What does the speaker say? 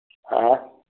ꯍꯥ